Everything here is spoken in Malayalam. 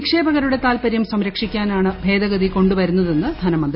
നിക്ഷേപകരുടെ താൽപര്യം സംരക്ഷിക്കാനാണ് ഭേദഗതി ക്കൊണ്ടു വരുന്നതെന്ന് ധനമന്തി